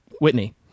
Whitney